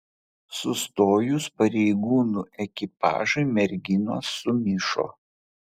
sustojus pareigūnų ekipažui merginos sumišo